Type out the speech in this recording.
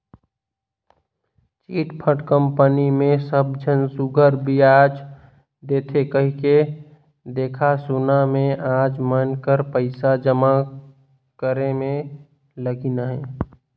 chit fund company मे सब झन सुग्घर बियाज देथे कहिके देखा सुना में मन कर पइसा जमा करे में लगिन अहें